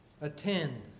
Attend